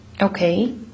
Okay